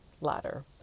ladder